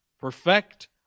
perfect